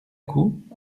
coup